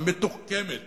המתוחכמת